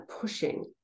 pushing